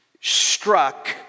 struck